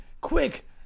quick